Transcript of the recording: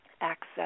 access